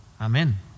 Amen